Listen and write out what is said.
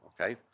okay